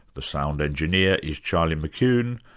the sound engineer is charlie mckune,